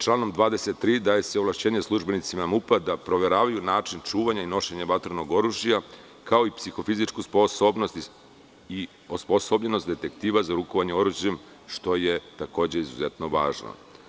Članom 23. daje se ovlašćenje službenicima MUP-a da proveravaju način čuvanja i nošenja vatrenog oružja, kao i psihofizičku sposobnost i osposobljenost detektiva za rukovanje oružjem, što je takođe izuzetno važno.